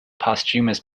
posthumous